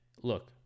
look